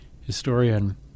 historian